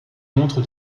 montre